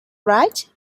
right